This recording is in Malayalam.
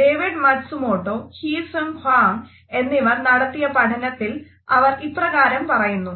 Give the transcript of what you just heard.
David Matsumoto Hyi Sung Hwang എന്നിവർ നടത്തിയ പഠനത്തിൽ അവർ ഇപ്രകാരം പറയുന്നു